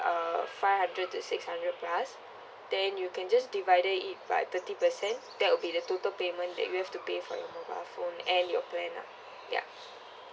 uh five hundred to six hundred plus then you can just divided it by thirty percent that will be the total payment that you have to pay for your mobile phone and your plan lah yup